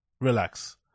Relax